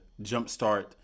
jumpstart